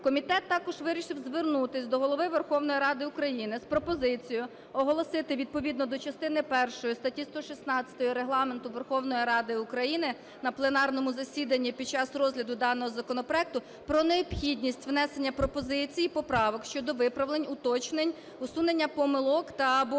Комітет також вирішив звернутись до Голови Верховної Ради України з пропозицією оголосити відповідно до частини першої статті 116 Регламенту Верховної Ради України на пленарному засіданні під час розгляду даного законопроекту про необхідність внесення пропозицій поправок щодо виправлень, уточнень, усунення помилок та/або